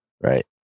Right